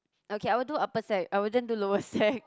okay I will do upper sec I wouldn't do lower sec